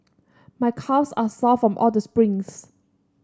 my calves are sore from all the sprints